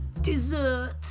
dessert